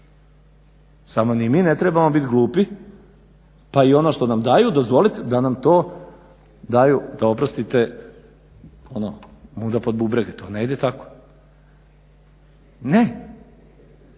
samo ni mi ne trebamo biti glupi pa i ono što nam daju dozvolit da nam to daju da oprostite ono muda pod bubrege. To ne ide tako, ne.